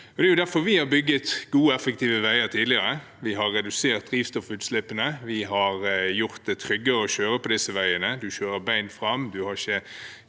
Det er derfor vi har bygget gode og effektive veier tidligere. Vi har redusert drivstoffutslippene. Vi har gjort det tryggere å kjøre på disse veiene. Man kjører bent fram. Man har ikke